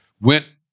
went